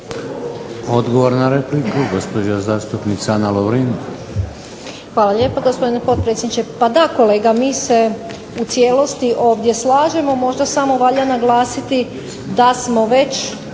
Odgovor na repliku, gospođa zastupnica Ana Lovrin. **Lovrin, Ana (HDZ)** Hvala lijepo, gospodine potpredsjedniče. Pa da kolega, mi se u cijelosti ovdje slažemo. Možda samo valja naglasiti da smo već